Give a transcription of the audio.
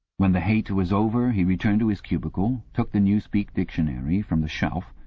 when the hate was over he returned to his cubicle, took the newspeak dictionary from the shelf,